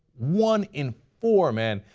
one in four men.